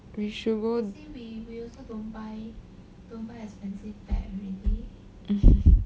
we should go